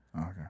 Okay